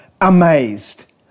amazed